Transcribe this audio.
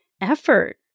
effort